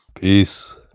Peace